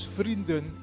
vrienden